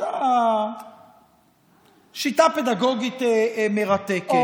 שיטה פדגוגית מרתקת.